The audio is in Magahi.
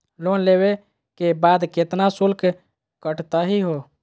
लोन लेवे के बाद केतना शुल्क कटतही हो?